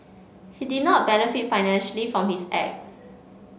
he did not benefit financially from his acts